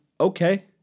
okay